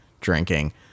drinking